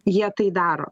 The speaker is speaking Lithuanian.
jie tai daro